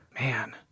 man